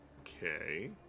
Okay